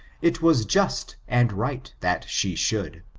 it was just and right that she should.